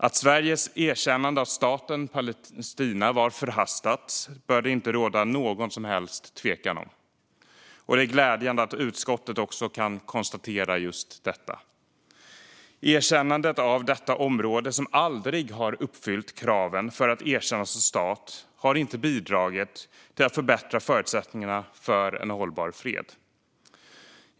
Att Sveriges erkännande av staten Palestina var förhastat bör det inte råda någon som helst tvekan om, och det är glädjande att utskottet också kan konstatera just detta. Erkännandet av detta område, som aldrig har uppfyllt kraven för att erkännas som stat, har inte bidragit till att förbättra förutsättningarna för en hållbar fred.